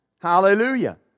Hallelujah